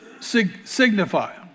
signify